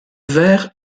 vert